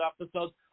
episodes